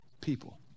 people